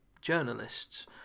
journalists